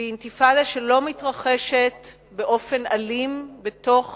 והיא אינתיפאדה שלא מתרחשת באופן אלים בתוך